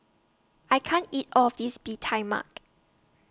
I can't eat All of This Bee Tai Mak